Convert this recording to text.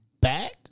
back